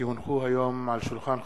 כי הונחו היום על שולחן הכנסת,